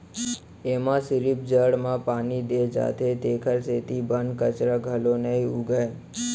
एमा सिरिफ जड़ म पानी दे जाथे तेखर सेती बन कचरा घलोक नइ उगय